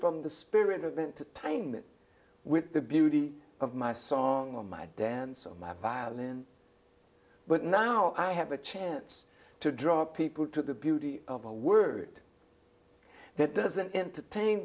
from the spirit of entertainment with the beauty of my song on my dance on my violin but now i have a chance to draw people to the beauty of a word that doesn't entertain